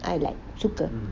I like suka